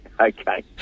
okay